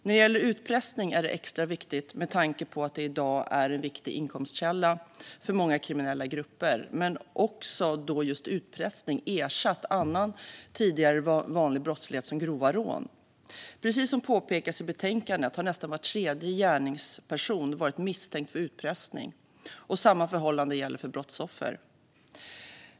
När det gäller utpressning är det extra viktigt med tanke på att det i dag är en viktig inkomstkälla för många kriminella grupper men också för att utpressning ersatt annan tidigare vanlig brottslighet som grova rån. Precis som påpekas i betänkandet har nästan var tredje gärningsperson varit misstänkt för utpressning, och samma förhållande gäller för brottsoffer.